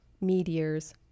meteors